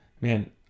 Man